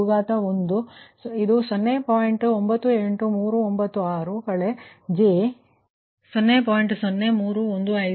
98396 j 0